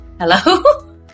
Hello